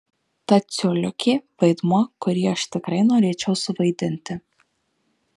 tad coliukė vaidmuo kurį aš tikrai norėčiau suvaidinti